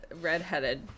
redheaded